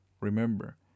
Remember